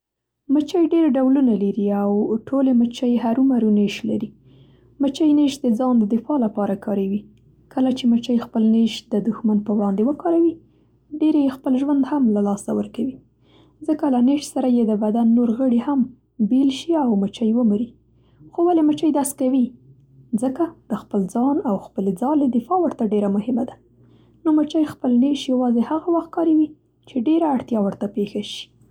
مچۍ ډېر ډولونه لري او ټولې مچۍ هرو مرو نېش لري. مچۍ نېش د ځان د دفاع لپاره کاروي. کله چې مچۍ خپل نېش د دښمن په وړاندې وکاروي، ډېری یې خپل ژوند هم له لاسه ورکوي؛ ځکه له نېش سره یې د بدن ځینې نور غړي هم بېل شي او مچۍ ومري. خو ولې مچۍ داسې کوي؟ ځکه د خپل ځان او خپلې ځالې دفاع ورته ډېره مهمه ده! نو، مچۍ خپل نېش یوازې هغه وخت کاروي، چې ډېره اړتیا ورته پېښه شي.